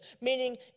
Meaning